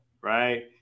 right